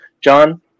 John